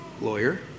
lawyer